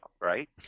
right